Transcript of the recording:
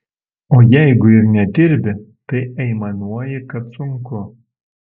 o jeigu ir nedirbi tai aimanuoji kad sunku